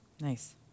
Nice